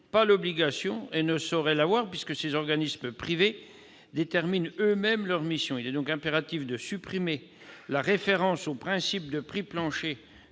pas l'obligation et ne sauraient l'avoir, puisque ces organismes privés déterminent eux-mêmes leurs missions. Il est impératif de supprimer la référence au principe de prix planchers